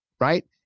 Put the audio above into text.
right